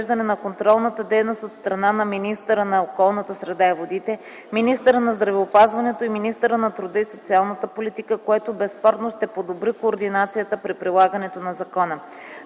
на контролната дейност от страна на министъра на околната среда и водите, министъра на здравеопазването и министъра на труда и социалната политика, което безспорно ще подобри координацията при прилагането на закона.